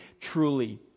truly